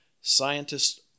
scientists